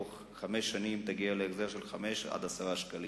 בתוך חמש שנים תגיע להחזר של 5 עד 10 שקלים.